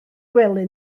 gwely